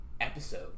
episode